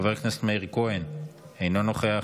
חבר הכנסת מאיר כהן, אינו נוכח,